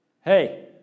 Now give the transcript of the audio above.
Hey